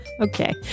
Okay